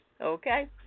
okay